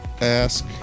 ask